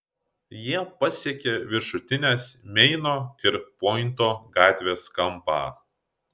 jie pasiekė viršutinės meino ir pointo gatvės kampą